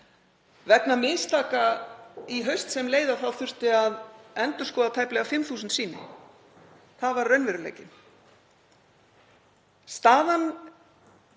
Vegna mistaka í haust sem leið þurfti að endurskoða tæplega 5.000 sýni. Það var raunveruleikinn.